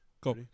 Go